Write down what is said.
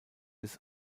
des